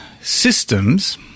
systems